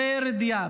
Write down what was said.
ח'יר דיאב,